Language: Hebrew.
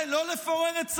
זה לא לפורר את צה"ל?